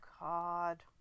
God